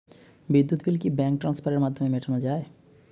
বিদ্যুৎ বিল কি ব্যাঙ্ক ট্রান্সফারের মাধ্যমে মেটানো য়ায়?